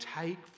take